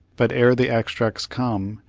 but, ere the extracts come,